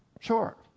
Sure